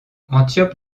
antiope